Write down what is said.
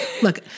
Look